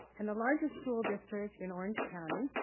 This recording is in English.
and the largest school district in orange county,